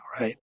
right